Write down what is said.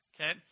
Okay